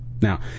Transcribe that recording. Now